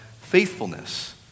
faithfulness